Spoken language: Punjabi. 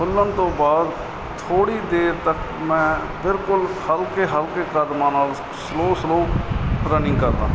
ਖ਼ੁਲ੍ਹਣ ਤੋਂ ਬਾਅਦ ਥੋੜ੍ਹੀ ਦੇਰ ਤੱਕ ਮੈਂ ਬਿਲਕੁਲ ਹਲਕੇ ਹਲਕੇ ਕਦਮਾਂ ਨਾਲ ਸਲੋ ਸਲੋ ਰਨਿੰਗ ਕਰਦਾ ਹਾ